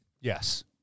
Yes